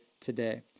today